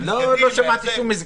לא שמעתי שום מסגד.